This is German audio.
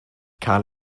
karl